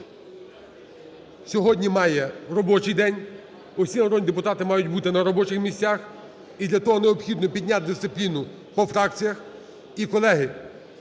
сьогодні має робочий день, усі народні депутати мають бути на робочих місцях, і для того необхідно підняти дисципліну по фракціях.